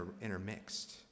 intermixed